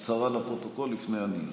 לפרוטוקול לפני הנעילה.